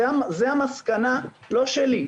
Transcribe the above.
זו לא המסקנה שלי,